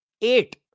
eight